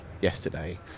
yesterday